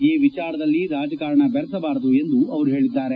ಈ ವಿಚಾರದಲ್ಲಿ ರಾಜಕಾರಣ ಬೆರೆಸಬಾರದು ಎಂದು ಅವರು ಹೇಳಿದ್ದಾರೆ